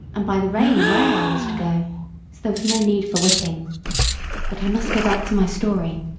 and by the rein where i was to go so there was no need for whipping but i must go back to my story.